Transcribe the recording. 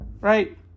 Right